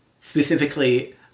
specifically